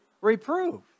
Reprove